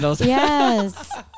Yes